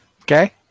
Okay